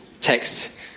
text